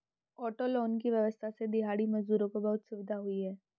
auto loan की व्यवस्था से दिहाड़ी मजदूरों को बहुत सुविधा हुई है